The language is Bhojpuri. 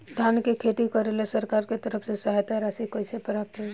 धान के खेती करेला सरकार के तरफ से सहायता राशि कइसे प्राप्त होइ?